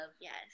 yes